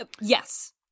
Yes